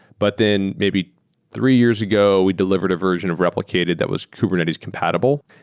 but then, maybe three years ago, we delivered a version of replicated that was kubernetes compatible.